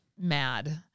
mad